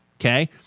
okay